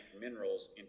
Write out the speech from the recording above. minerals